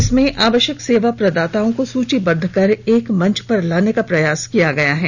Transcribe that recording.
इसमें आवश्यक सेवा प्रदाताओं को सूचीबद्ध कर एक मंच पर लाने का प्रयास किया गया है